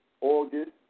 August